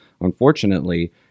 unfortunately